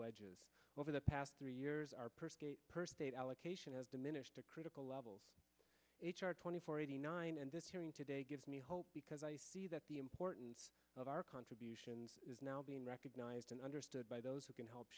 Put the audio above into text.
wedges over the past three years are per state allocation of diminished a critical level h r twenty four eighty nine and this hearing today gives me hope because i see that the importance of our contributions is now being recognized and understood by those who can help